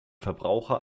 verbraucher